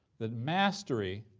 that mastery,